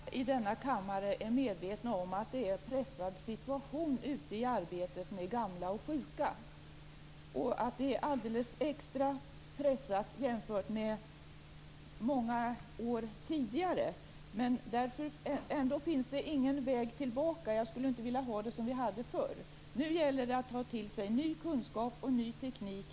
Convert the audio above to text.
Fru talman! Jag tror att vi alla i denna kammare är medvetna om att det råder en pressad situation i arbetet med gamla och sjuka och om att den är alldeles extra pressad jämfört med många år tidigare. Ändå finns det ingen väg tillbaka. Jag skulle inte vilja ha det som vi hade det förr. Nu gäller det att ta till sig ny kunskap och ny teknik.